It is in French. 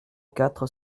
quatre